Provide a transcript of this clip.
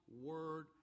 word